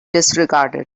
disregarded